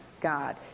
God